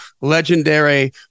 legendary